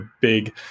big